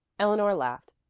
eleanor laughed.